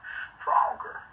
stronger